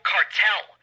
Cartel